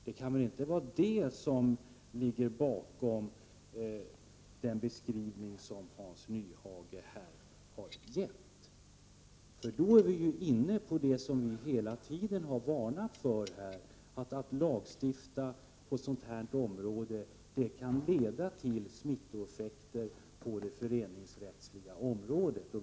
Det kan väl ändå inte vara det som ligger bakom den beskrivning som Hans Nyhage här har gjort? Då är vi inne på det som vi hela tiden har varnat för, att lagstiftning på ett sådant här område kan leda till smittoeffekter på det föreningsrättsliga området.